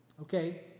okay